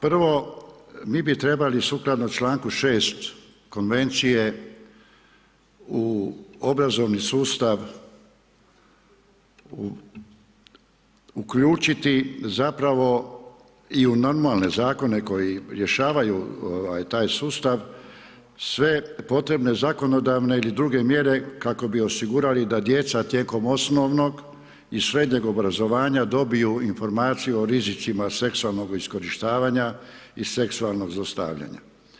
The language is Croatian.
Dakle, prvo, mi bi trebali sukladno čl. 6. konvencije u obrazovni sustav uključiti zapravo i u normalne zakone, koji rješavaju taj sustav, sve potrebne zakonodavne i druge mjere kako bi osigurali da djeca tijekom osnovnog i srednjeg obrazovanja dobiju informaciju o rizicima seksualnog iskorištavanja i seksualnog zlostavljanja.